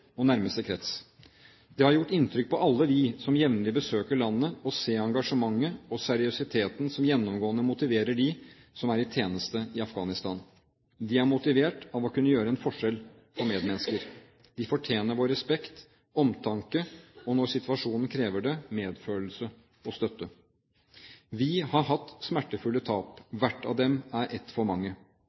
og nærmeste krets. Det har gjort inntrykk på alle oss som jevnlig besøker landet, å se engasjementet og seriøsiteten som gjennomgående motiverer dem som er i tjeneste i Afghanistan. De er motivert av å kunne gjøre en forskjell for medmennesker. De fortjener vår respekt, omtanke og når situasjonen krever det, medfølelse og støtte. Vi har hatt smertefulle tap, hvert av dem er ett for mange.